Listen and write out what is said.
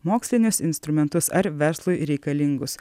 mokslinius instrumentus ar verslui reikalingus